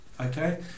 okay